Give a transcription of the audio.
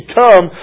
come